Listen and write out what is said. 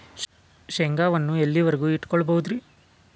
ಶೇಂಗಾವನ್ನು ಎಲ್ಲಿಯವರೆಗೂ ಇಟ್ಟು ಕೊಳ್ಳಬಹುದು ರೇ?